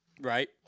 Right